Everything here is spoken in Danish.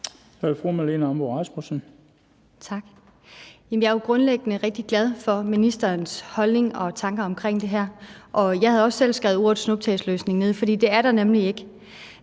Kl. 16:16 Marlene Ambo-Rasmussen (V): Tak. Jeg er grundlæggende rigtig glad for ministerens holdning til og tanker om det her. Jeg har også selv skrevet ordet snuptagsløsning ned, for sådan en er der nemlig ikke.